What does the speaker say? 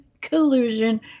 collusion